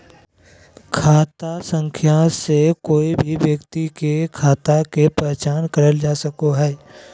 खाता संख्या से कोय भी व्यक्ति के खाता के पहचान करल जा सको हय